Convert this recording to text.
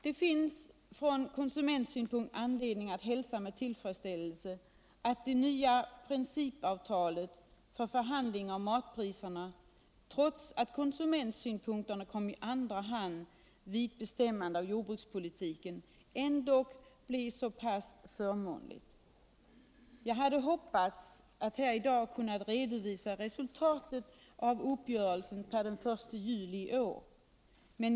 Det finns från konsumentsynpunkt anledning att med tillfredsställelse hälsa att det nya principavtalet för förhandling om matpriserna blir så pass förmånligt trots att konsumentsynpunkterna kom i andra hand vid bestämmande av jordbrukspolitiken. Jag hade hoppats att här i dag kunna redovisa resultatet av uppgörelsen per den I juli iår.